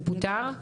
הוא פוטר?